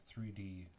3D